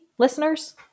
Listeners